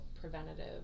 preventative